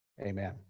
Amen